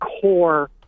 core